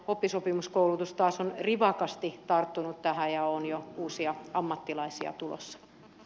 oppisopimuskoulutus taas on rivakasti tarttunut tähän ja on jo uusia ammattilaisia tulossa